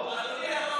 אדוני יכול,